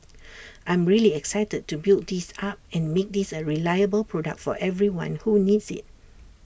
I'm really excited to build this up and make this A reliable product for everyone who needs IT